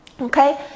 okay